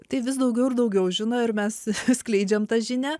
tai vis daugiau ir daugiau žino ir mes skleidžiam tą žinią